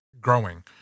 growing